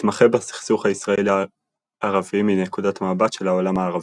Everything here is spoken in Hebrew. מתמחה בסכסוך הישראלי-ערבי מנקודת המבט של העולם הערבי.